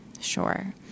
sure